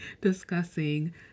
discussing